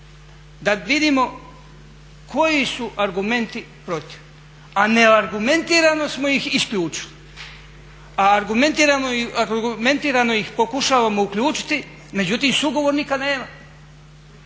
Da vidimo koji su argumenti protiv, a ne argumentirano smo ih isključili, a argumentirano ih pokušavamo uključiti međutim sugovornika nema.